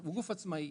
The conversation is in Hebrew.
הן גוף עצמאי,